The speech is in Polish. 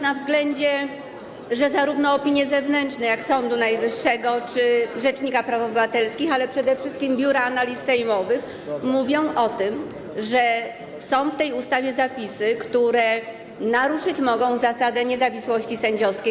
na względzie to, że zarówno opinie zewnętrzne, np. Sądu Najwyższego czy rzecznika praw obywatelskich, jak i, przede wszystkim, Biura Analiz Sejmowych mówią o tym, że są w tej ustawie zapisy, które naruszyć mogą zasadę niezawisłości sędziowskiej.